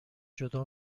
جدا